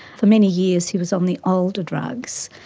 for many years he was on the older drugs,